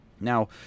Now